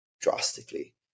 drastically